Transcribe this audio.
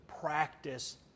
practice